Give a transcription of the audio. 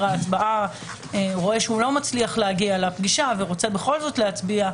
ההצבעה רואה שהוא לא מצליח להגיע לפגישה ורוצה בכל זאת להצביע.